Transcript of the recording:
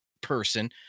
person